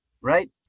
right